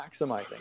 maximizing